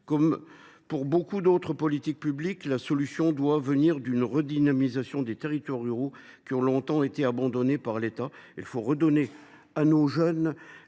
Comme pour beaucoup d’autres politiques publiques, la solution doit venir d’une redynamisation des territoires ruraux, qui ont longtemps été abandonnés par l’État. Il faut redonner à nos jeunes